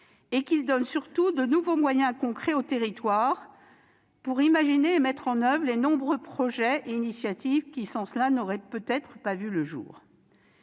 qu'il donne de nouveaux moyens concrets aux territoires pour imaginer et mettre en oeuvre les nombreux projets et initiatives qui, sans cela, n'auraient peut-être pas vu le jour.